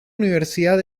universidad